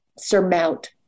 surmount